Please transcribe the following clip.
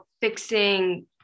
fixing